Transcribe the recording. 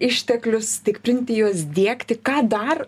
išteklius stiprinti juos diegti ką dar